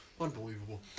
Unbelievable